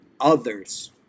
others